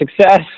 success